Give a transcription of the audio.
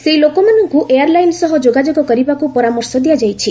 ସେହି ଲୋକମାନଙ୍କୁ airline ସହ ଯୋଗାଯୋଗ କରିବାକୁ ପରାମର୍ଶ ଦିଆଯାଇଛି